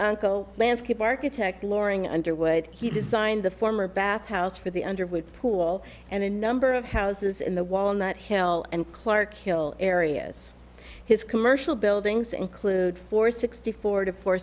uncle landscape architect loring underwood he designed the former bath house for the underwood pool and a number of houses in the walnut hill and clark hill areas his commercial buildings include four sixty four to four